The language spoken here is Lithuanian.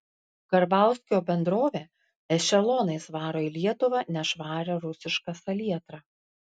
karbauskio bendrovė ešelonais varo į lietuvą nešvarią rusišką salietrą